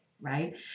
right